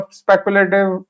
speculative